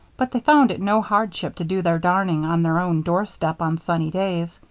but they found it no hardship to do their darning on their own doorstep on sunny days,